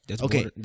Okay